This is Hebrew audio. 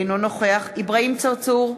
אינו נוכח אברהים צרצור,